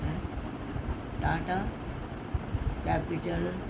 Tata capital